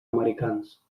americans